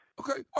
okay